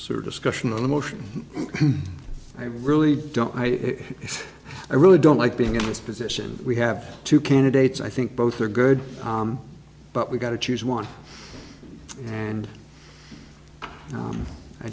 sort of discussion on emotion i really don't i i really don't like being in this position we have two candidates i think both are good but we got to choose one and